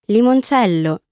Limoncello